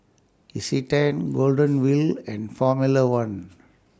Isetan Golden Wheel and Formula one